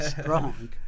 strong